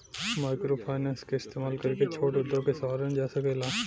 microfinance के इस्तमाल करके छोट उद्योग के सवारल जा सकेला